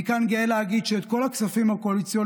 אני כאן גאה להגיד שאת כל הכספים הקואליציוניים